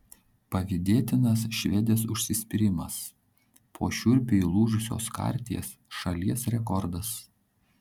pavydėtinas švedės užsispyrimas po šiurpiai lūžusios karties šalies rekordas